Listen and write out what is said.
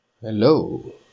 Hello